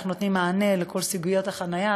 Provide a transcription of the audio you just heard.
איך נותנים מענה לכל סוגיות החניה,